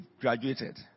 graduated